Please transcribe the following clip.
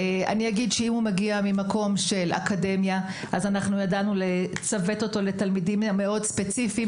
אם הוא מגיע ממקום של אקדמיה אז ידענו לצוות אותו לתלמידים ספציפיים